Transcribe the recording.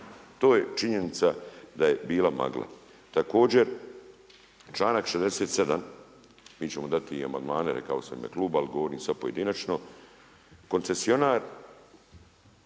To je činjenica da je bila magla. Također članak 67. mi ćemo dati i amandmane rekao sam u ime kluba, ali govorim sada pojedinačno, koncesionar